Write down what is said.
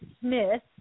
Smith